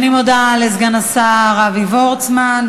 אני מודה לסגן השר אבי וורצמן.